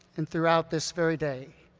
and throughout this very day.